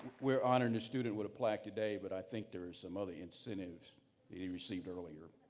we're honoring student with a plaque today, but i think there are some other incentives he received earlier